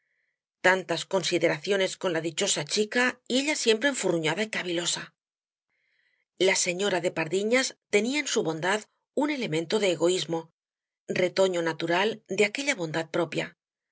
tantas consideraciones con la dichosa chica y ella siempre enfurruñada y cavilosa la señora de pardiñas tenía en su bondad un elemento de egoismo retoño natural de aquella bondad propia